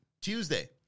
Tuesday